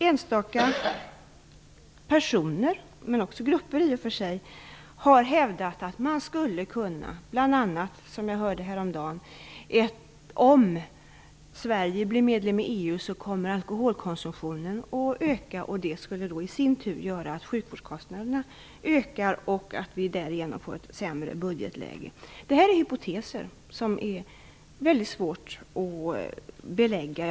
Enstaka personer, men också grupper, har hävdat att om Sverige blir medlem i EU kommer alkoholkonsumtionen att öka. Det hörde jag häromdagen. Det skulle i sin tur göra att sjukvårdskostnaderna ökar och att vi därigenom får ett sämre budgetläge. Detta är hypoteser som det är mycket svårt att belägga.